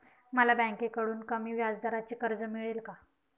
मला बँकेकडून कमी व्याजदराचे कर्ज मिळेल का?